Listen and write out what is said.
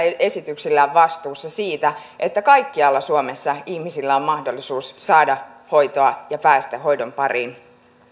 esityksillään vastuussa siitä että kaikkialla suomessa ihmisillä on mahdollisuus saada hoitoa ja päästä hoidon pariin